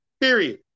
Period